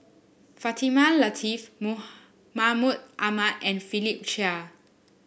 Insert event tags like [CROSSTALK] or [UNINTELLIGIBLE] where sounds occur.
Fatimah Lateef [UNINTELLIGIBLE] Mahmud Ahmad and Philip Chia